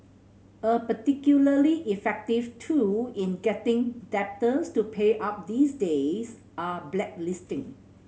a particularly effective tool in getting debtors to pay up these days are blacklisting